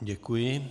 Děkuji.